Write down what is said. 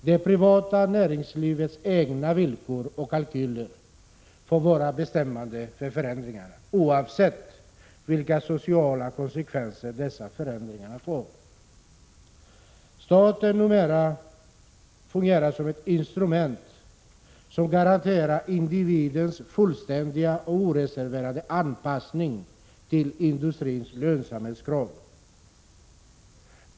Det privata näringslivets egna villkor och kalkyler får vara bestämmande för förändringarna, oavsett vilka sociala konsekvenser dessa förändringar får. Staten fungerar numera som ett instrument som garanterar individens fullständiga och oreserverade anpassning till industrins lönsamhetskrav.